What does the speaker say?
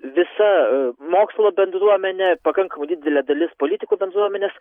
visa a mokslo bendruomenė pakankamai didelė dalis politikų bendruomenės